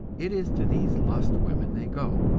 it is to these lust-women they go.